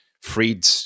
freed